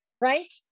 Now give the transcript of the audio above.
right